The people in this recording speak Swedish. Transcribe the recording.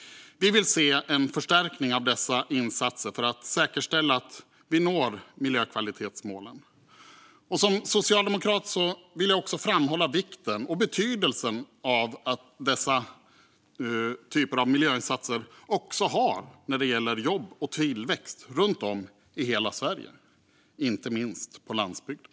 Vi vill se en förstärkning av dessa insatser för att säkerställa att vi når miljökvalitetsmålen. Jag vill som socialdemokrat framhålla vikten och betydelsen av dessa typer av miljöinsatser för jobb och tillväxt runt om i hela Sverige, inte minst på landsbygden.